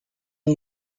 new